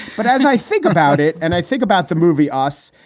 but as i think about it and i think about the movie us.